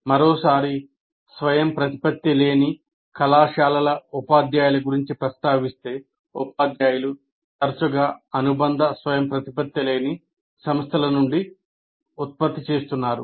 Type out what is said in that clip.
మరోసారి స్వయంప్రతిపత్తి లేని కళాశాలల ఉపాధ్యాయుల గురించి ప్రస్తావిస్తే ఉపాధ్యాయులు తరచుగా అనుబంధ స్వయం ప్రతిపత్తి లేని సంస్థల నుండి ఉత్పత్తి చేస్తున్నారు